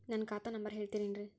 ನನ್ನ ಖಾತಾ ನಂಬರ್ ಹೇಳ್ತಿರೇನ್ರಿ?